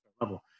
level